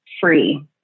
free